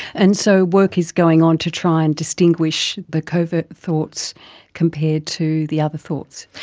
and so work is going on to try and distinguish the covert thoughts compared to the other thoughts?